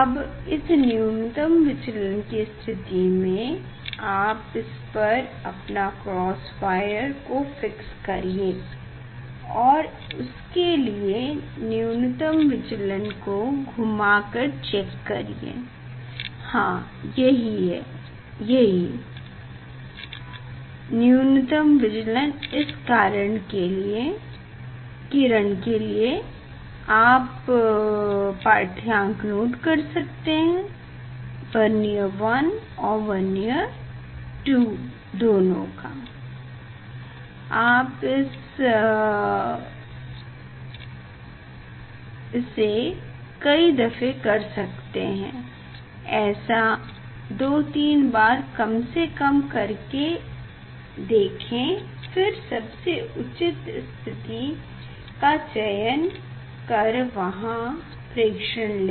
अब इस न्यूनतम विचलन कि स्थिति में है आप इस पर अपना क्रॉस वायर को फिक्स करिए और उसके लिए न्यूनतम विचलन को घुमा कर चेक करिए हाँ यही है है न्यूनतम विचलन इस किरण के लिए तो आप पाढ़्यांक नोट कर लीजिए वर्नियर 1 और वर्नियर 2 दोनों का आप इसे कई दफ़े कर के देखें ऐसा 2 3 बार कम से कम कर के देखे फिर सबसे उचित स्थिति का चयन कर वहाँ प्रेक्षण लें